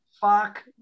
fuck